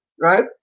right